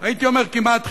הייתי אומר כמעט חינם.